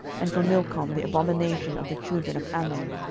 and for milcom the abomination of the children of ammon,